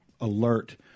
alert